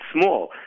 small